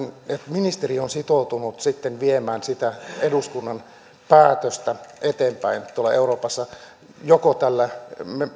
ministeri on sitoutunut sitten viemään sitä eduskunnan päätöstä eteenpäin tuolla euroopassa joko tällä